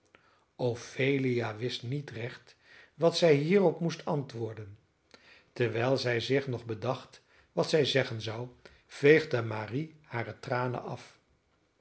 ophelia wist niet recht wat zij hierop moest antwoorden terwijl zij zich nog bedacht wat zij zeggen zou veegde marie hare tranen af